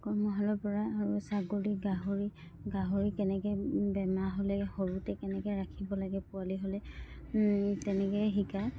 কৰ্মশালাৰ পৰা আৰু ছাগলী গাহৰি গাহৰি কেনেকৈ বেমাৰ হ'লে সৰুতে কেনেকৈ ৰাখিব লাগে পোৱালি হ'লে তেনেকৈ শিকায়